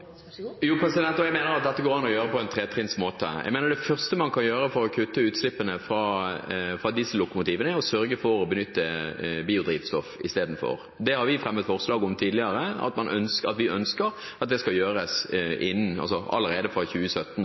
Jo, og jeg mener at dette går det an å gjøre i tre trinn. Jeg mener at det første man kan gjøre for å kutte utslippene fra diesellokomotivene, er å sørge for å benytte biodrivstoff istedenfor. Det har vi fremmet forslag om tidligere, at vi ønsker at det skal gjøres allerede fra 2017.